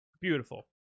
beautiful